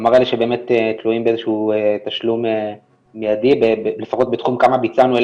כלומר אלה שבאמת תלויים באיזה שהוא תשלום מיידי לפחות בתחום כמה ביצענו,